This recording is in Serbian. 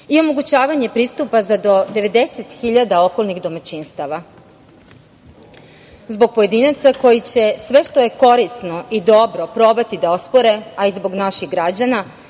i omogućavanje pristupa za do 90.000 okolnih domaćinstava. Zbog pojedinaca koji će sve što je korisno i dobro probati da ospore, a i zbog naših građana,